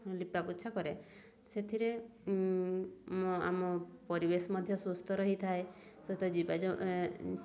ଲିପାପୋଛା କରେ ସେଥିରେ ଆମ ପରିବେଶ ମଧ୍ୟ ସୁସ୍ଥ ରହିଥାଏ ସହିତ ଯିବା